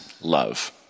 love